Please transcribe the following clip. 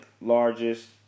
largest